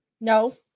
No